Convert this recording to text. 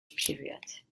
period